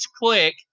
click